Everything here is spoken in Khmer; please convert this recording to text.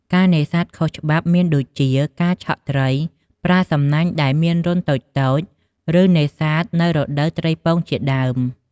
ការនេសាទខុសច្បាប់មានដូចជា ការឆក់ត្រី ប្រើសំណាញ់ដែលមានរន្ធតូចៗ ឬ នេសាទនៅរដូវត្រីពងជាដើម។